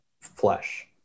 flesh